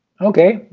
okay,